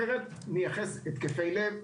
אחרת נייחס התקפי לב,